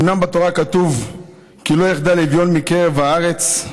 אומנם בתורה כתוב "כי לא יחדל אביון מקרב הארץ".